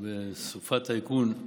בסופת טייפון.